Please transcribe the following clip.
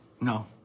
No